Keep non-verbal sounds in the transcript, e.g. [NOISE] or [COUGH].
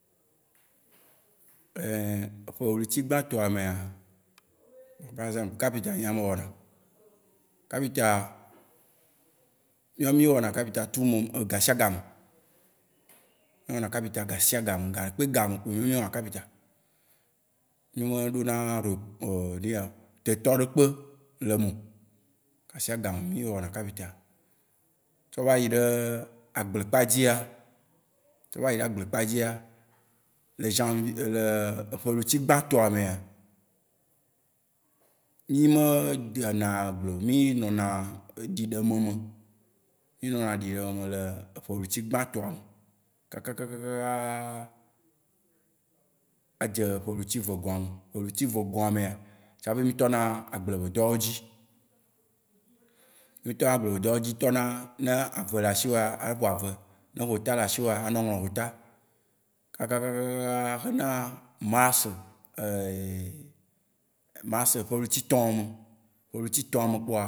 [HESITATION] ƒe ɣleti gbãtɔa mea, par exemple, kapita nyea me wɔna. Kapita, míawo mí wɔna kapita tout mom- e gashia game. Mí wɔna kapita gashia game, gaɖe kpekpe game kpo míawo mí wɔna kapita. Mí me ɖona re- enuya te tɔ ɖe kpe le eme wo. Gashia game mí wɔna kapita. Tsɔ vayi ɖe agble kpa dzia, tsɔ va yiɖe agble kpa dzia, le janvier, le ƒe ɣleti gbãtɔa mea, mí me de na agble wo. Mí nɔna ɖiɖeme me. Mí nɔna ɖiɖeme me le ƒe ɣleti gbãtɔa me. Kakakakaka adze ƒe ɣleti vegɔa me. Ƒe ɣleti vegɔa mea, tsaƒe mí tɔ na agble be dɔwo dzi. Mí tɔ na agble be dɔwo dzi tɔna- ne ave le ashi wòa, aƒo ave. Ne hota le ashi wòa, anɔ ŋlɔ hota. Kaka kaka kaka na mars, [HESITATION] mars, ƒe ɣleti etɔ me. Ƒe ɣleti etɔa me kpoa